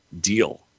deal